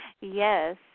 yes